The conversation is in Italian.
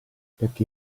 perché